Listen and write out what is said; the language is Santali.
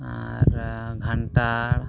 ᱟᱨ ᱜᱷᱟᱱᱴᱟᱲ